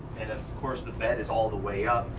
and of course the bed is all the way up.